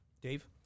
Dave